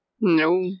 No